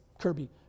Kirby